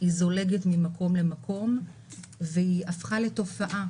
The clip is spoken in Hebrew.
היא זולגת ממקום למקום והיא הפכה לתופעה